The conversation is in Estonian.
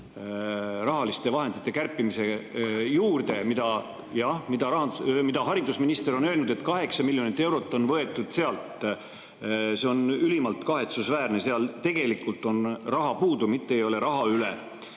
rahaliste vahendite kärpimise juurde. Haridusminister on öelnud, et 8 miljonit eurot on võetud sealt. See on ülimalt kahetsusväärne, seal on tegelikult raha puudu, mitte ei ole raha üle. Mu